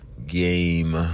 Game